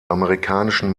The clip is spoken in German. amerikanischen